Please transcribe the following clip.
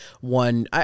one